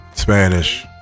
Spanish